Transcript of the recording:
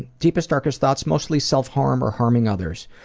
deepest, darkest thoughts, mostly self harm, or harming others.